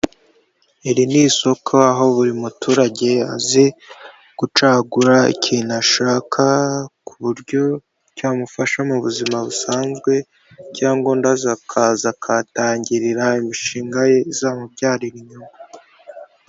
Iri ni isoko aho buri muturage azi gucagura ikintu ashaka ku buryo cyamufasha mu buzima busanzwe, cyangwa undi akaza akahatangirira imishinga ye izamubyarira ininyungu.